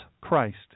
Christ